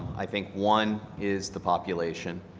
i think one is the population.